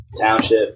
Township